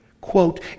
quote